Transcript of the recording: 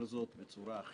בנימה אישית,